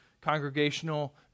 congregational